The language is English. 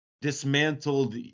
dismantled